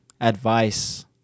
advice